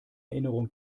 erinnerung